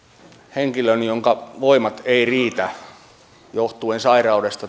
henkilö jonka voimat eivät riitä johtuen sairaudesta